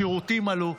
השירותים עלו.